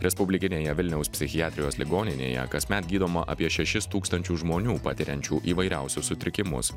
respublikinėje vilniaus psichiatrijos ligoninėje kasmet gydoma apie šešis tūkstančius žmonių patiriančių įvairiausius sutrikimus